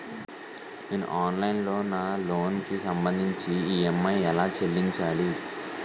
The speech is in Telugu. నేను ఆన్లైన్ లో నా లోన్ కి సంభందించి ఈ.ఎం.ఐ ఎలా చెల్లించాలి?